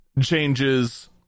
changes